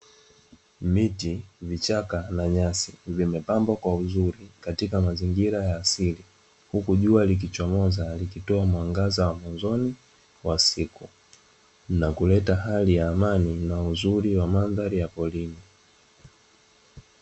Miti vichaka na nyasi vimepambwa kwa uzuri huku jualikichomoza na kuleta uzuri wa mandhari ya porini